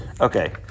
okay